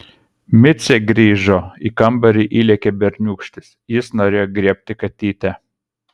micė grįžo į kambarį įlėkė berniūkštis jis norėjo griebti katytę